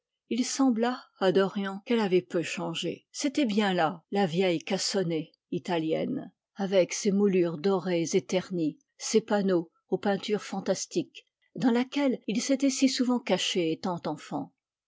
il sembla à dorian qu'elle avait peu changé c'était bien là la vaste cassone italienne avec ses moulures dorées et ternies ses panneaux aux peintures fantastiques dans laquelle il s'était si souvent caché étant enfant